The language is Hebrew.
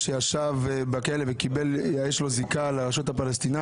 שיש ערבים ויש יהודים,